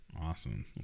awesome